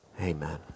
Amen